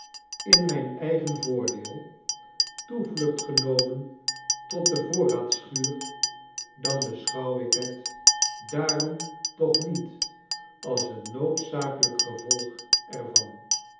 in mijn eigen voordeel toevlucht genomen tot de voorraadschuur dan beschouw ik het daarom toch niet als een noodzakelijk gevolg er